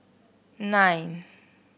nine